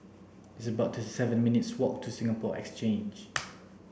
it's about thirty seven minutes' walk to Singapore Exchange